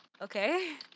Okay